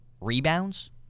rebounds